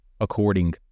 According